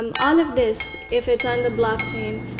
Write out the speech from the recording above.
um al of this, if it's on the blockchain,